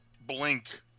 blink